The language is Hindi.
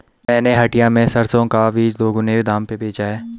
मैंने हटिया में सरसों का बीज दोगुने दाम में बेचा है